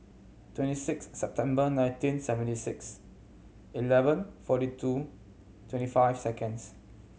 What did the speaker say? twenty six September nineteen seventy six eleven forty two twenty five seconds